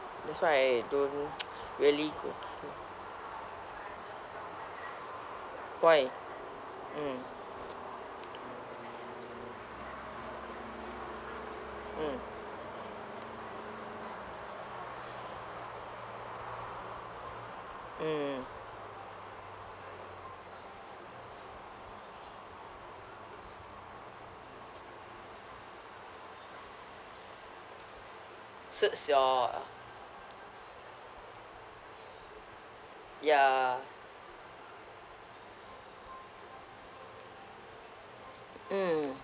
that's why I don't really go why mm mm mm suits your uh ya mm